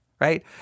Right